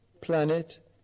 planet